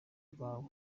rwawe